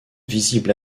visible